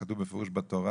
כתוב בפירוש בתורה,